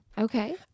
Okay